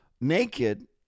naked